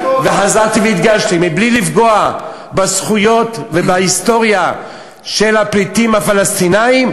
וחזרתי והדגשתי: בלי לפגוע בזכויות ובהיסטוריה של הפליטים הפלסטינים,